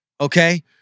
okay